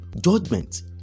judgment